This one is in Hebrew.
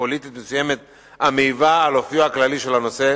פוליטית מסוימת המעיבה על אופיו הכללי של הנושא.